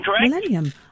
Millennium